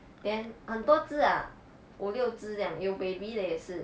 then 很多只啊五六只这样有 baby 的也是